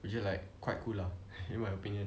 which is like quite cool lah in my opinion